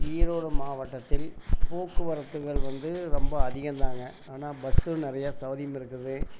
ஈரோடு மாவட்டத்தில் போக்குவரத்துகள் வந்து ரொம்ப அதிகம் தாங்க ஆனால் பஸ்சும் நிறையா சவுரியம் இருக்குது